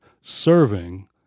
serving